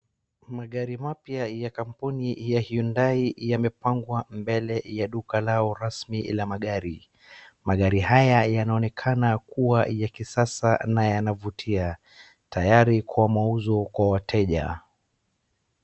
Magari mapya ya kampuni ya hyundai yamepangwa mbele ya duka lao rasmi la magari. Magari haya yanaonekana kuwa ya kisasa na yanavutia, tayari kwa mauzo kwa wateja.